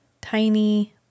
tiny